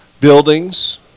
buildings